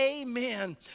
Amen